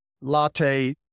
latte